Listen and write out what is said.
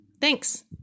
Thanks